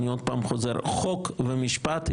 חוק ומשפט.